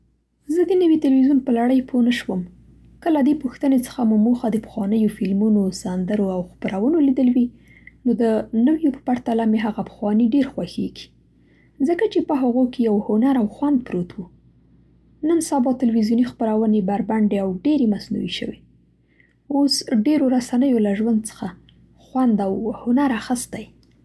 زه د نوي تلویزیون په لړۍ پوه نه شوم. که له دې پوښتنې څخه مو موخه د پخوانیو فلمونو، سندرو او خپرونو لیدل وي، نو د نویو په پرتله مې هغه پخواني ډېر خوښېږي؛ ځکه چې په هغو کې یو هنر او خوند پروت و. نن سبا تلویزیوني خپرونې بربنډې او ډېرې مصنوعي شوې. اوس ډېرو رسنیو له ژوند څخه خوند او هنر اخستی.